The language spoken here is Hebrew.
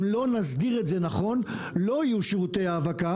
אם לא נסדיר את זה נכון, לא יהיו שירותי האבקה.